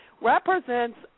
represents